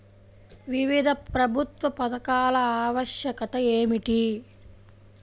వివిధ ప్రభుత్వా పథకాల ఆవశ్యకత ఏమిటి?